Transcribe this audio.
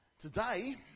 today